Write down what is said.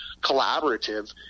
collaborative